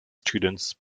students